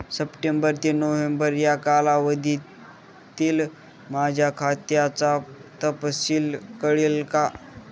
September ते November या कालावधीतील माझ्या खात्याचा तपशील कळेल का?